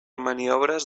maniobres